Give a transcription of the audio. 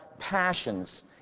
passions